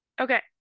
Okay